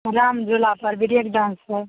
रामझुलापर break डान्सपर